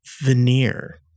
veneer